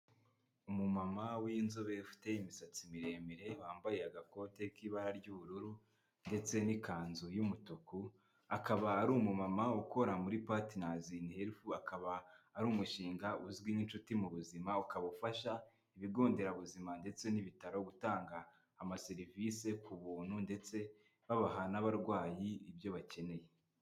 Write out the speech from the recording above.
Umumama w'inzobe ufite imisatsi miremire, wambaye agakote k'ibara ry'ubururu ndetse n'ikanzu y'umutuku, akaba ari umumama ukora muri patinazi ini helifu, akaba ari umushinga uzwi nk'inshuti mu buzima, ukaba ufasha ibigo nderabuzima ndetse n'ibitaro gutanga amaserivisi ku buntu ndetse babaha n'abarwayi ibyo bakeneye.